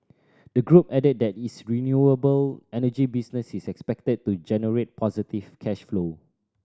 the group added that its renewable energy business is expected to generate positive cash flow